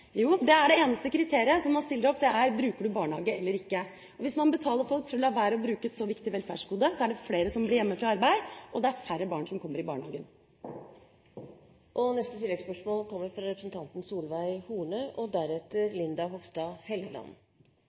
Det er det eneste kriteriet man stiller opp: Bruker du barnehage eller ikke. Hvis man betaler folk for å la være å bruke et så viktig velferdsgode, er det flere som blir hjemme fra arbeid, og det er færre barn som kommer i barnehagen.